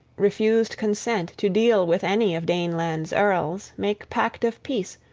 refused consent to deal with any of daneland's earls, make pact of peace,